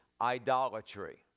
idolatry